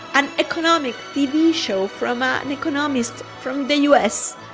an economic tv show from um an economist from the u s.